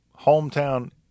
hometown